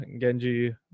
Genji